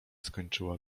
skończyła